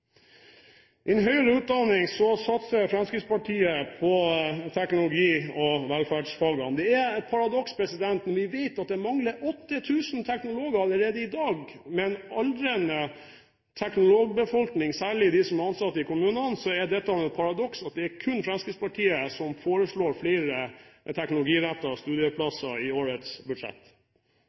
høyere utdanning satser Fremskrittspartiet på teknologi- og velferdsfagene. Det er et paradoks, når vi vet at det mangler 8 000 teknologer allerede i dag, og med en aldrende teknologbefolkning, særlig de som er ansatt i kommunene, at det kun er Fremskrittspartiet som foreslår flere teknologirettede studieplasser i årets budsjett.